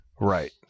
right